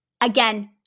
Again